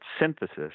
synthesis